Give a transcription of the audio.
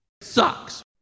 sucks